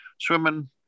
swimming